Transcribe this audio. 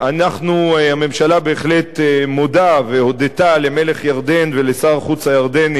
הממשלה בהחלט מודה והודתה למלך ירדן ולשר החוץ הירדני